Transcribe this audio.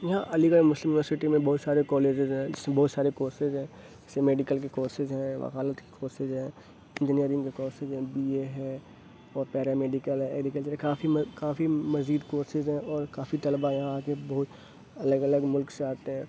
یہاں Aligarh Muslim University میں بہت سارے کالجیز ہیں جس میں بہت سارے کورسیز ہیں جیسے میڈیکل کے کورسیز ہیں وکالت کے کورسیز ہیں انجینئرنگ کے کورسیز ہیں بی اے ہے اور پیرا میڈیکل ہے ایگریکلچر ہے کافی کافی مزید کورسیز ہیں اور کافی طلبا یہاں آتے ہیں بہت الگ الگ ملک سے آتے ہیں